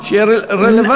שיהיה רלוונטי.